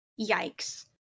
Yikes